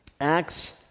Acts